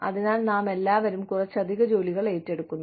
അതിനാൽ നാമെല്ലാവരും കുറച്ച് അധിക ജോലികൾ ഏറ്റെടുക്കുന്നു